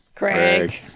Craig